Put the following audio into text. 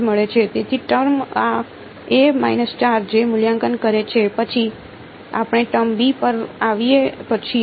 તેથી term a મૂલ્યાંકન કરે છે પછી આપણે ટર્મ b પર આવીએ છીએ